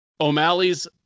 O'Malley's